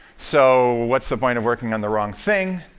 so, what's the point of working on the wrong thing?